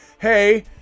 hey